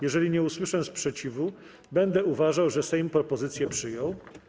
Jeżeli nie usłyszę sprzeciwu, będę uważał, że Sejm propozycję przyjął.